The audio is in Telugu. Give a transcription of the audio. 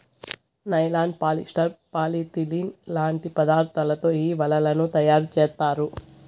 నైలాన్, పాలిస్టర్, పాలిథిలిన్ లాంటి పదార్థాలతో ఈ వలలను తయారుచేత్తారు